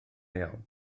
iawn